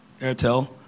Airtel